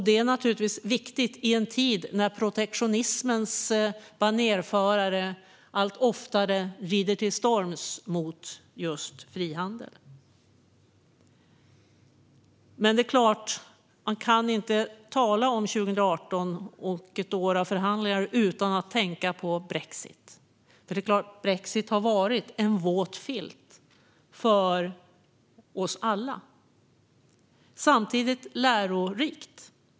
Det är naturligtvis viktigt i en tid när protektionismens banerförare allt oftare rider till storms mot just frihandel. Man kan självklart inte tala om 2018, ett år av förhandlingar, utan att tänka på brexit. Det är klart att brexit har varit en våt filt för oss alla. Samtidigt har det varit lärorikt.